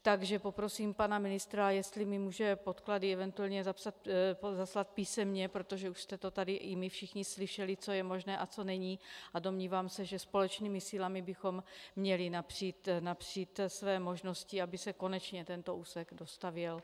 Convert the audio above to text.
Takže poprosím pana ministra, jestli mi může podklady eventuálně zaslat písemně, protože už jste to tady, i my všichni, slyšeli, co je možné a co není, a domnívám se, že společnými silami bychom měli napřít své možnosti, aby se konečně tento úsek dostavěl.